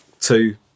two